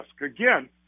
Again